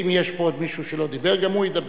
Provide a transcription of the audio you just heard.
ואם יש פה מישהו שלא דיבר, גם הוא ידבר.